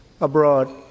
abroad